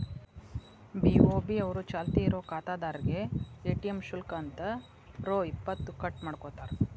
BOB ಅವರು ಚಾಲ್ತಿ ಇರೋ ಖಾತಾದಾರ್ರೇಗೆ ಎ.ಟಿ.ಎಂ ಶುಲ್ಕ ಅಂತ ರೊ ಇಪ್ಪತ್ತು ಕಟ್ ಮಾಡ್ಕೋತಾರ